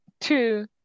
two